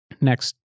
next